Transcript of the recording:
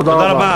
תודה רבה.